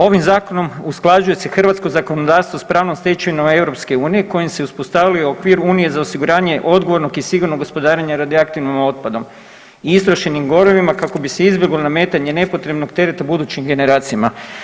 Ovim Zakonom usklađuje se hrvatsko zakonodavstvo s pravnom stečevinom Europske unije kojim se uspostavlja okvir Unije za osiguranje odgovornog i sigurnog gospodarenja radioaktivnim otpadom, istrošenim gorivima kako bi se izbjeglo nametanje nepotrebnog tereta budućim generacijama.